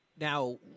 Now